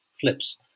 flips